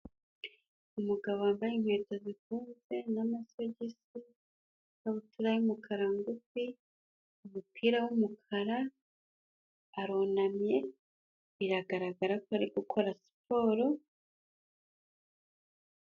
Umugabo wambaye inkweto zifunze n'amasogisi, ikabutura y'umukara ngufi, umupira w'umukara, arunamye biragaragara ko ari gukora siporo.